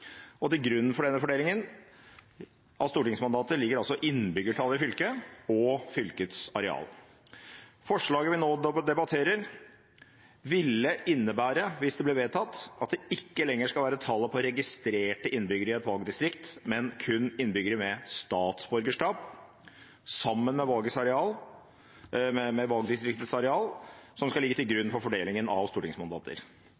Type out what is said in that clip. og til grunn for denne fordelingen av stortingsmandater ligger innbyggertallet i fylket og fylkets areal. Forslaget vi nå debatterer, ville innebære – hvis det ble vedtatt – at det ikke lenger skal være tallet på registrerte innbyggere i et valgdistrikt, men kun innbyggere med statsborgerskap, sammen med valgdistriktets areal, som skal ligge til